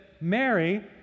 Mary